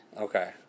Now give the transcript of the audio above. Okay